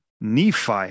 Nephi